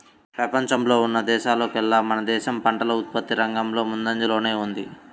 పెపంచంలో ఉన్న అన్ని దేశాల్లోకేల్లా మన దేశం పంటల ఉత్పత్తి రంగంలో ముందంజలోనే ఉంది